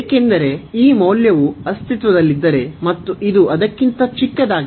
ಏಕೆಂದರೆ ಈ ಮೌಲ್ಯವು ಅಸ್ತಿತ್ವದಲ್ಲಿದ್ದರೆ ಮತ್ತು ಇದು ಅದಕ್ಕಿಂತ ಚಿಕ್ಕದಾಗಿದೆ